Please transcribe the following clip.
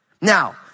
Now